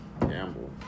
Gamble